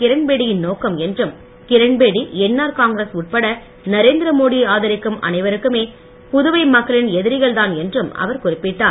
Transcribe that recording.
கிரண்பேடி யின் நோக்கம் என்றும் கிரண்பேடி என்ஆர் காங்கிரஸ் உட்பட நரேந்திர மோடி யை ஆதரிக்கும் அனைவருமே புதுவை மக்களின் எதிரகள்தான் என்றும் அவர் குறிப்பிட்டார்